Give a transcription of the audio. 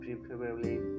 preferably